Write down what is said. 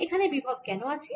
এখানে বিভব কেন আছে